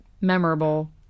memorable